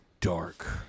dark